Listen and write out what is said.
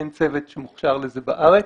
אין צוות שמוכשר לזה בארץ.